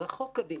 רחוק קדימה,